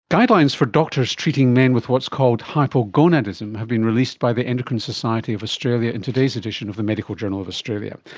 guidelines for doctors treating men with what's called hypogonadism have been released by the endocrine society of australia in today's edition of the medical journal of australia,